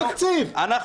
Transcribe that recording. תקשיב, אנחנו